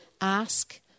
Ask